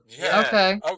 Okay